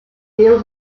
deel